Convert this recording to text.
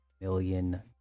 million